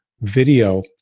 video